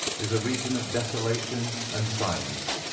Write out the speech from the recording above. is a region of desolation and silence.